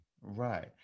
right